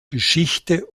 geschichte